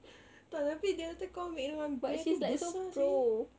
tak tapi dia kata kau ambil yang bear tu besar seh